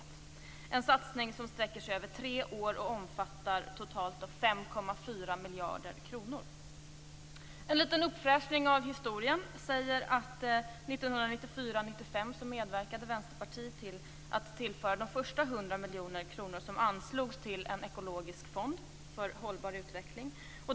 Det är en satsning som sträcker sig över tre år och som omfattar totalt 5,4 miljarder kronor. En liten uppfräschning av historien säger att under 1994/95 medverkade Vänsterpartiet till att tillföra de första 100 miljoner kronorna som anslogs till en ekologisk fond för hållbar utveckling.